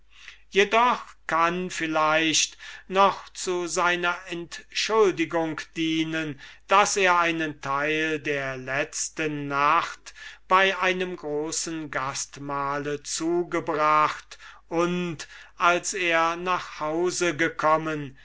doch kann vielleicht noch zu seiner entschuldigung dienen daß er einen teil der letzten nacht bei einem großen gastmahl zugebracht und als er nach hause gekommen